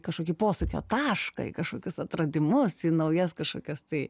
kažkokį posūkio tašką į kažkokius atradimus į naujas kažkokias tai